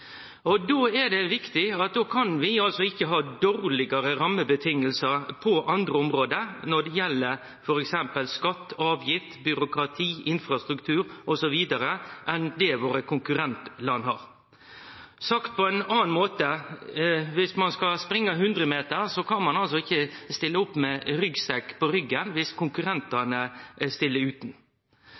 Då er det viktig at vi ikkje har dårlegare rammevilkår på andre område når det gjeld t.d. skatt, avgift, byråkrati, infrastruktur osv. enn det våre konkurrentland har. Sagt på ein annan måte: Viss ein skal springe 100 meter, kan ein ikkje stille opp med ryggsekk på ryggen om konkurrentane stiller utan.